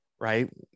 right